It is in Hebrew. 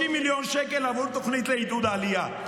30 מיליון שקל עבור תוכנית לעידוד העלייה,